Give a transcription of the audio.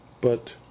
But